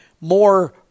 more